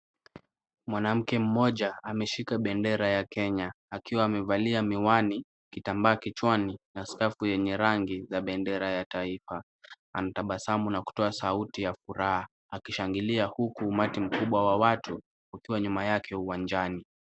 Mwanamke moja ameshika bendera ya Kenya akiwa amevalia miwani, kitambaa kichwani na skavu yenye rangi ya bendera ya kitaifa anatabasamu na kutoa sauti ya furaha akishangilia huku umati mkubwa wa watu kukiwa nyuma yake uwanjani.